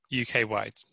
UK-wide